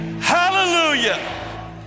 Hallelujah